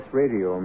radio